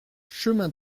chemin